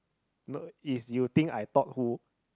no it's you think I thought who